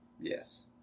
Yes